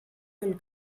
del